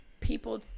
people